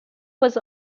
was